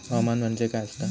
हवामान म्हणजे काय असता?